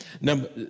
number